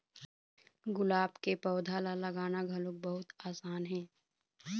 गुलाब के पउधा ल लगाना घलोक बहुत असान हे